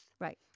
Right